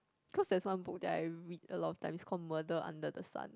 cause there's one book that I read a lot of times is call murder under the sun